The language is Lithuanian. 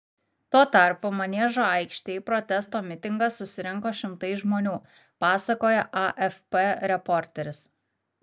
tuo tarpu maniežo aikštėje į protesto mitingą susirinko šimtai žmonių pasakojo afp reporteris